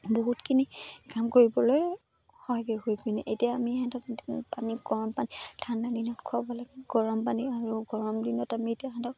বহুতখিনি কাম কৰিবলৈ হয়গৈ হৈ পিনে এতিয়া আমি সিহঁতক পানী গৰমপানী ঠাণ্ডা দিনত খুৱাব লাগে গৰমপানী আৰু গৰম দিনত আমি এতিয়া সিহঁতক